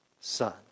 Son